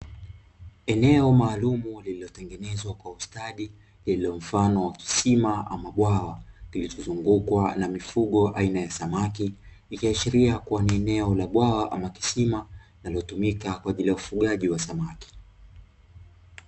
Eneo maalumu lililotengenezwa kwa ustadi lililo mfano wa kisima ama bwawa, kilichozungukwa na mifugo aina ya samaki ikiashiria kuwa ni eneo la bwawa ama kisima linalotumika kwa ajili ya ufugaji wa samaki.